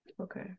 Okay